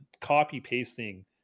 copy-pasting